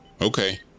Okay